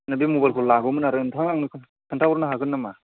बे मबाइलखौ लागौमोन आरो नोंथाङा आंनो खोन्था खोन्था हरनो हागोन नामा